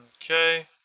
Okay